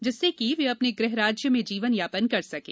जिससे कि वे अपने गृह राज्य में जीवन यापन कर सकें